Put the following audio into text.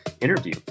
interview